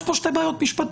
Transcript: יש פה שתי בעיות משפטיות,